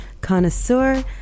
connoisseur